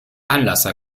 anlasser